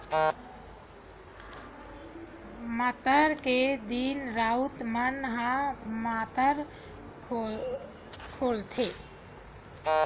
मातर के दिन राउत मन ह मातर खेलाथे